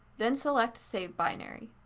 then select save binary.